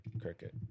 cricket